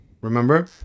Remember